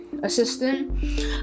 Assistant